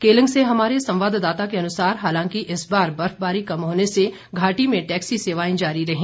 केलंग से हमारे संवाददाता के अनुसार हालांकि इस बार बर्फबारी कम होने से घाटी में टैक्सी सेवाएं जारी रहीं